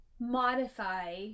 modify